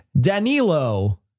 Danilo